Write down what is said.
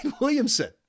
Williamson